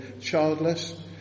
childless